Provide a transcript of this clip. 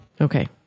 Okay